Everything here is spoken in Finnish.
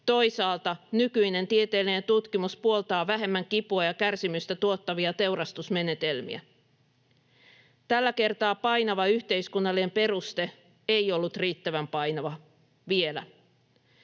toisaalta nykyinen tieteellinen tutkimus puoltaa vähemmän kipua ja kärsimystä tuottavia teurastusmenetelmiä. Tällä kertaa painava yhteiskunnallinen peruste ei ollut riittävän painava, vielä.